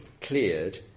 cleared